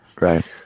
right